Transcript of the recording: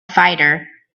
fighter